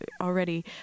already